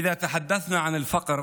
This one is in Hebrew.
אם נדבר על עוני,